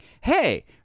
hey